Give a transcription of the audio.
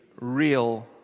real